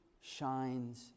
shines